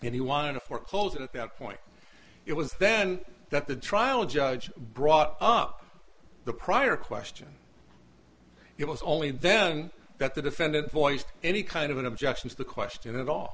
and he wanted to foreclose at that point it was then that the trial judge brought up the prior question it was only then that the defendant voiced any kind of an objection to the question at all